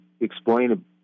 explain